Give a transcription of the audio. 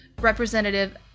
Representative